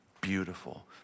beautiful